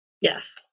Yes